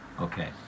Okay